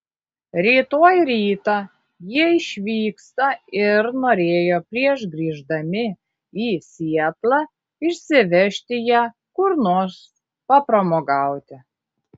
rytoj rytą jie išvyksta ir norėjo prieš grįždami į sietlą išsivežti ją kur nors papramogauti